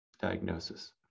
diagnosis